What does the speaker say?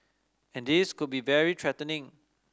and this could be very threatening